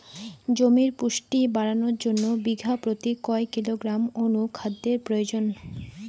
জমির পুষ্টি বাড়ানোর জন্য বিঘা প্রতি কয় কিলোগ্রাম অণু খাদ্যের প্রয়োজন?